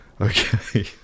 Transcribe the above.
Okay